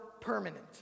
permanent